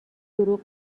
دروغ